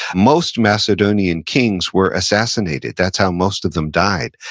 most macedonian kings were assassinated. that's how most of them died.